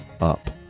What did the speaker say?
Up